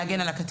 להגן על הקטין.